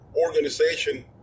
Organization